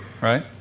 right